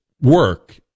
work